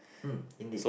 hmm indeed